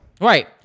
right